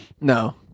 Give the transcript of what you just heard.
No